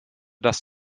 das